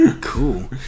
Cool